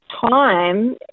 time